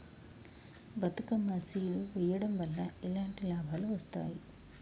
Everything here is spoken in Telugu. బతుకమ్మ సీడ్ వెయ్యడం వల్ల ఎలాంటి లాభాలు వస్తాయి?